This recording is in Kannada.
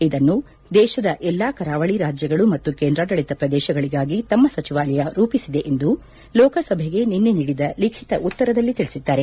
ಇದನ್ನು ದೇಶದ ಎಲ್ಲಾ ಕರಾವಳಿ ರಾಜ್ಯಗಳು ಮತ್ತು ಕೇಂದ್ರಾಡಳಿತ ಪ್ರದೇಶಗಳಿಗಾಗಿ ತಮ್ಮ ಸಚಿವಾಲಯ ರೂಪಿಸಿದೆ ಎಂದು ಲೋಕಸಭೆಗೆ ನಿನ್ನೆ ನೀಡಿದ ಲಿಖಿತ ಉತ್ತರದಲ್ಲಿ ತಿಳಿಸಿದ್ದಾರೆ